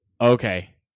Okay